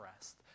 rest